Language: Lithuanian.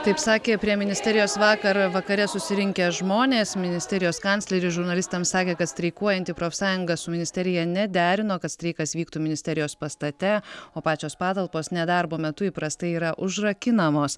taip sakė prie ministerijos vakar vakare susirinkę žmonės ministerijos kancleris žurnalistams sakė kad streikuojanti profsąjunga su ministerija nederino kad streikas vyktų ministerijos pastate o pačios patalpos nedarbo metu įprastai yra užrakinamos